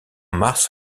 mars